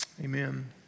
Amen